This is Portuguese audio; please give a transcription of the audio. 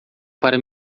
para